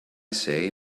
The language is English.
say